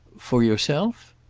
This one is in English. for yourself?